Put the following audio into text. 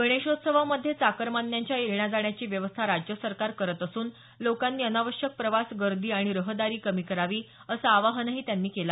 गणेशोत्सवामध्ये चाकरमान्यांच्या येण्याजाण्याची व्यवस्था राज्य सरकार करत असून लोकांनी अनावश्यक प्रवास गर्दी आणि रहदारी कमी करावी असं आवाहनही त्यांनी केलं